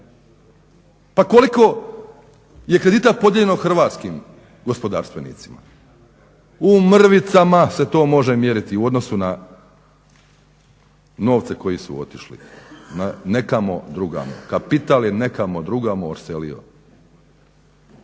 Pa koliko je kredita podijeljeno Hrvatskim gospodarstvenicima? U mrvicama se to može mjeriti u odnosu na novce koji su otišli nekamo drugamo, kapital je nekamo drugamo odselio.